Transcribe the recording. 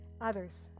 others